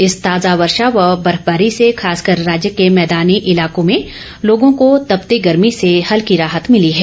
इस ताजा वर्षा व बर्फबारी से खासकर राज्य के भैदानी इलाकों भें लोगों को तपती गर्मी से हल्की राहत मिली है